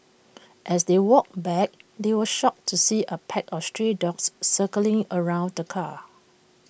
as they walked back they were shocked to see A pack of stray dogs circling around the car